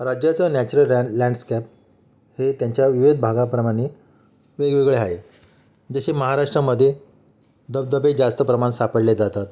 राज्याचं natural land landscape हे त्यांच्या विविध भागाप्रमाणे वेगवेगळे आहे जसे महाराष्ट्रामध्ये धबधबे जास्त प्रमाणात सापडले जातात